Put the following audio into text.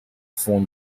fond